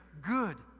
good